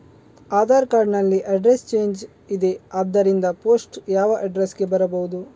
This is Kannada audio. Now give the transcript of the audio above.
ಆಧಾರ್ ಕಾರ್ಡ್ ನಲ್ಲಿ ಅಡ್ರೆಸ್ ಚೇಂಜ್ ಇದೆ ಆದ್ದರಿಂದ ಪೋಸ್ಟ್ ಯಾವ ಅಡ್ರೆಸ್ ಗೆ ಬರಬಹುದು?